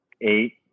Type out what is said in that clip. Eight